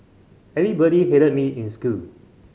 everybody hated me in school